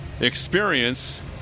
Experience